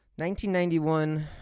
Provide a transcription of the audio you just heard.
1991